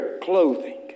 clothing